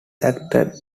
acted